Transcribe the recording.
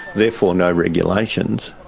therefore no regulations.